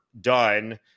done